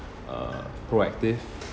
uh proactive